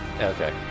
Okay